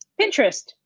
Pinterest